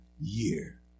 year